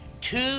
two